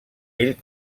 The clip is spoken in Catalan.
ell